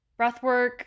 breathwork